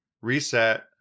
reset